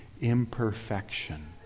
imperfection